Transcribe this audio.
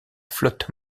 flotte